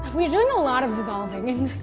we're doing a lot of dissolving in this